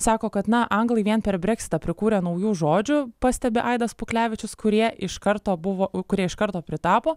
sako kad na anglai vien per breksitą prikūrė naujų žodžių pastebi aidas puklevičius kurie iš karto buvo kurie iš karto pritapo